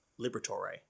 Liberatore